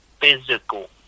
physical